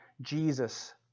Jesus